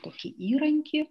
tokį įrankį